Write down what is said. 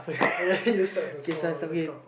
you start first